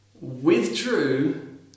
withdrew